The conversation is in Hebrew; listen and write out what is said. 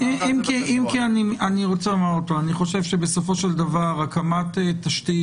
אם כי אני רוצה לומר עוד פעם: אני חושב שבסופו של דבר הקמת תשתית,